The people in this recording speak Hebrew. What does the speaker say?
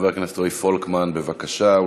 חבר הכנסת רועי פולקמן, בבקשה.